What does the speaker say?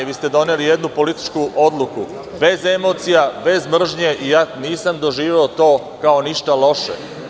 Vi ste doneli jednu političku odluku, bez emocija, bez mržnje i nisam doživeo to kao ništa loše.